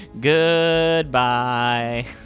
Goodbye